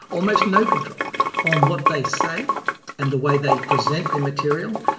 almost no control on what they say and the way they present their material,